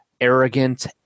arrogant